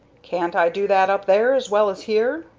can't i do that up there as well as here?